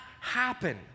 happen